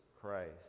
Christ